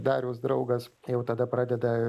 dariaus draugas jau tada pradeda